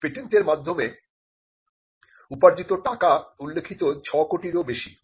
patent এর মাধ্যমে উপার্জিত টাকা উল্লিখিত 6 কোটিরও বেশি